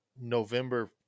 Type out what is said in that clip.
November